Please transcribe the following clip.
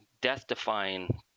death-defying